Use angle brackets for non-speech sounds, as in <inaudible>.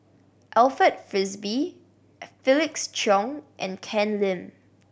Alfred Frisby <unintelligible> Felix Cheong and Ken Lim